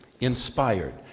inspired